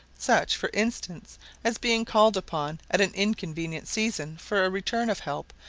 such for instance as being called upon at an inconvenient season for a return of help,